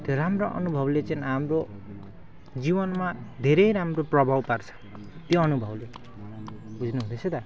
त्यो राम्रो अनुभवले चाहिँ हाम्रो जीवनमा धेरै राम्रो प्रभाव पार्छ त्यो अनुभवले बुझ्नुहुँदैछ त